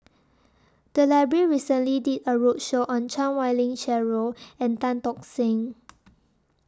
The Library recently did A roadshow on Chan Wei Ling Cheryl and Tan Tock Seng